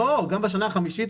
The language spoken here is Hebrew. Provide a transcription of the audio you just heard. לא, גם בשנה החמישית.